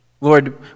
Lord